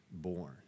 born